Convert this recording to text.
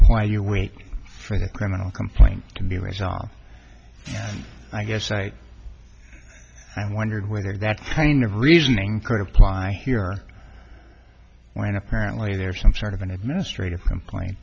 why you wait for the criminal complaint to be resolved i guess i i wondered whether that kind of reasoning kind of pie here when apparently there's some sort of an administrative